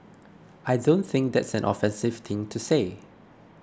I don't think that's an offensive thing to say